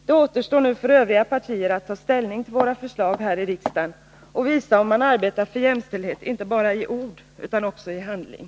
Det återstår nu för övriga partier att ta ställning till våra förslag här i riksdagen och att visa om man arbetar för jämställdhet — inte bara i ord utan också i handling.